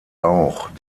auch